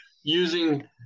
using